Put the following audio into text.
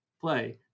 play